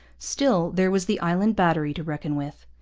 still, there was the island battery to reckon with.